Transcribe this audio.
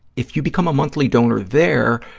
if you become a monthly donor there,